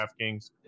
DraftKings